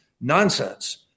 nonsense